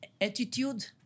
attitude